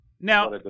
Now